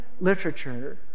literature